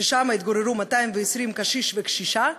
שהתגוררו בו 220 קשיש וקשישה,